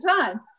time